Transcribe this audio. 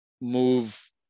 move